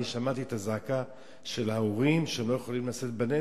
שמעתי את הזעקה של ההורים שהם לא יכולים לשאת בנטל.